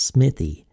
Smithy